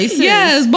Yes